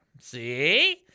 See